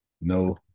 No